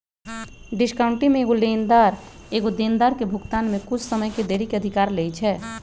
discounting में एगो लेनदार एगो देनदार के भुगतान में कुछ समय के देरी के अधिकार लेइ छै